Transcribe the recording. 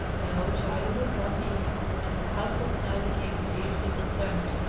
no, charley was not in and the household now became seriously concerned.